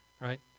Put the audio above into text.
right